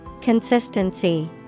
Consistency